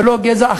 ולא גזע,